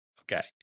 Okay